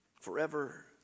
forever